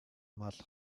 мал